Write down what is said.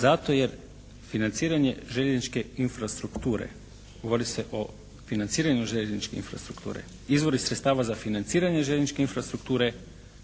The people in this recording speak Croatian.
zato jer financiranje željezničke infrastrukture govori se o financiranju željezničke infrastrukture, izvori sredstava za financiranje željezničke infrastrukture